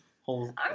whole